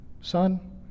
son